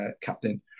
captain